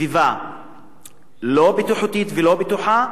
וסביבה לא בטיחותית ולא בטוחה,